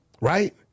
Right